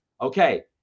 okay